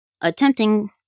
attempting